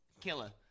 killer